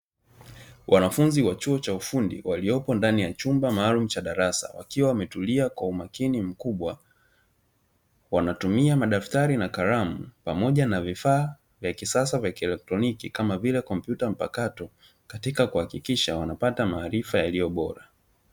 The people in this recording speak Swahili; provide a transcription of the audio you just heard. Wanafunzi wa chuo cha ufundi waliopo ndani ya chumba maalumu cha darasa, wakiwa wametulia kwa umakini mkubwa; wanatumia madaftari na kalamu pamoja na vifaa vya kisasa vya kielekroniki, kama vile kompyuta mpakato katika kuhakikisha wanapata maarifa yaliyo bora.